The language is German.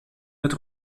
mit